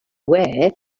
wear